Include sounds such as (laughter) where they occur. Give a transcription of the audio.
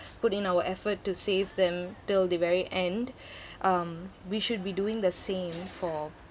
put in our effort to save them till the very end (breath) um we should be doing the same for